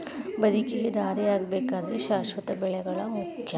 ಬದುಕಿಗೆ ದಾರಿಯಾಗಬೇಕಾದ್ರ ಶಾಶ್ವತ ಬೆಳೆಗಳು ಮುಖ್ಯ